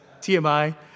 TMI